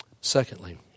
Secondly